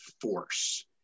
force